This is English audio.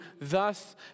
thus